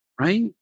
right